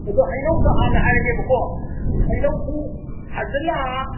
ꯑꯗꯣ ꯍꯩꯅꯧꯕ ꯍꯥꯟꯅ ꯍꯥꯏꯔꯒꯦꯕꯀꯣ ꯍꯩꯅꯧꯁꯤ ꯐꯖꯅ